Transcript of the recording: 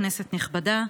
כנסת נכבדה,